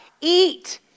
Eat